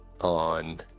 on